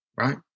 right